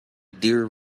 dear